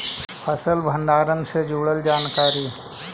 फसल भंडारन से जुड़ल जानकारी?